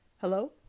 hello